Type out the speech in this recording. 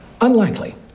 Unlikely